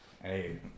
Hey